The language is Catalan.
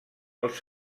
els